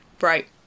Right